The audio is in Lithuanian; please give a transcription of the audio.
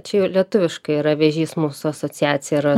čia jau lietuviškai yra vėžys mūsų asociacija yra